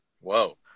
Whoa